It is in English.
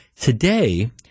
Today